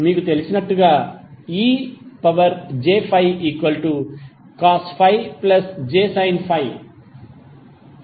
మీకు తెలిసినట్లుగా ej∅cos∅jsin∅